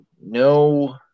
no